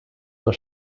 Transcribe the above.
nur